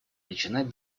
начинать